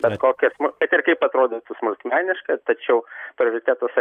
bet kokia smu kad ir kaip atrodytų smulkmeniška tačiau prioritetas